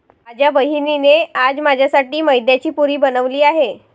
माझ्या बहिणीने आज माझ्यासाठी मैद्याची पुरी बनवली आहे